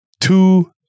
two